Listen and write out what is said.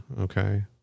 okay